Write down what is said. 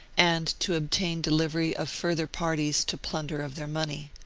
and to obtain delivery of further parties to plunder of their money.